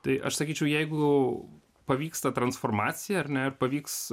tai aš sakyčiau jeigu pavyksta transformacija ar ne ir pavyks